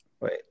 Wait